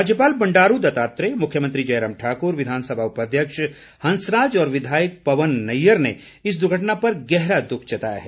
राज्यपाल बंडारू दत्तात्रेय मुख्यमंत्री जयराम ठाकुर विधानसभा उपाध्यक्ष हंसराज और विधायक पवन नैय्यर ने इस दुर्घटना पर गहरा दुःख जताया है